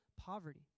poverty